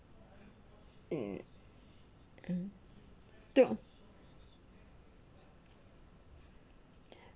mm eh don't